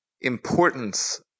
importance